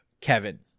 Kevin